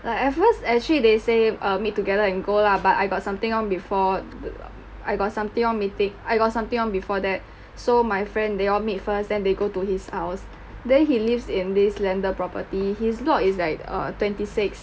like at first actually they say err meet together and go lah but I got something on before I got something on meeting I got something on before that so my friend they all meet first then they go to his house then he lives in this landed property his lot is like err twenty six